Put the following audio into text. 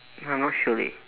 I'm not sure leh